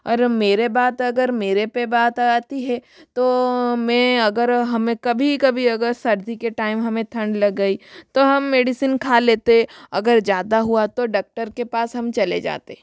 अरे मेरे बात अगर मेरे पर बात आती है तो मैं अगर हमें कभी कभी अगर सर्दी के टाइम हमें ठंड लग गई तो हम मेडिसिन खा लेते अगर ज़्यादा हुआ तो डॉक्टर के पास हम चले जाते